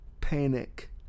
panic